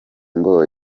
ngo